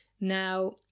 Now